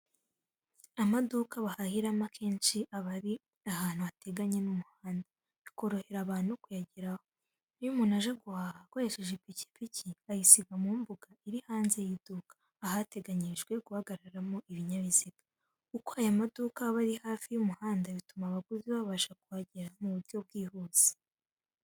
Amaduka bahahiramo akenshi aba ari ahantu hateganye n'umuhanda, bikorohera abantu kuyageraho. Iyo umuntu aje guhaha akoresheje ipikipiki, ayisiga mu mbuga iri hanze y'iduka, ahateganyirijwe guhagararamo ibinyabiziga. Uko ayo maduka aba ari hafi y'umuhanda bituma abaguzi babasha kuhagera mu buryo bwihuse.